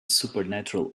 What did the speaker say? supernatural